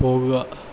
പോകുക